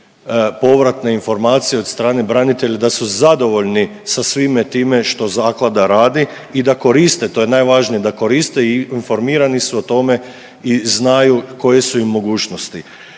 povratne informacije od strane branitelja da su zadovoljni sa svime time što zaklada radi i da koriste, to je najvažnije, da koriste i informirani su o tome i znaju koje su im mogućnosti.